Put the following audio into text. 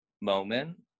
moment